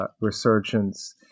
resurgence